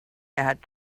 had